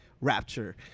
rapture